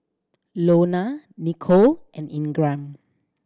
Lona Nichole and Ingram